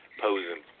posing